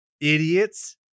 Idiots